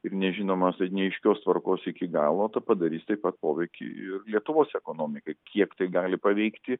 ir nežinomos neaiškios tvarkos iki galo tą padarys taip pat poveikį ir lietuvos ekonomikai kiek tai gali paveikti